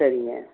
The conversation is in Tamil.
சரிங்க